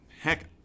Heck